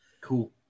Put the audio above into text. Cool